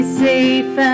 safe